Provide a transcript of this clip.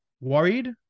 worried